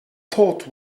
thought